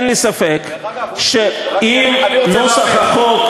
דרך אגב, רק שנייה, אני רוצה להבין.